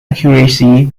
accuracy